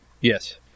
Yes